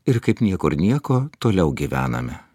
ir kaip niekur nieko toliau gyvename